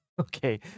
Okay